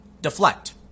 Deflect